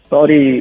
Sorry